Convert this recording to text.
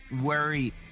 worry